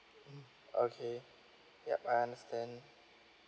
mm okay yup I understand